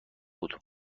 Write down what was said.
بود